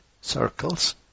circles